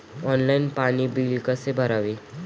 Online पाणी bill कसे भरावे?